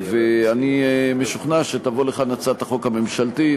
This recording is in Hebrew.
אני משוכנע שתבוא לכאן הצעת החוק הממשלתית